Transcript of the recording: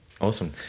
Awesome